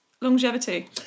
Longevity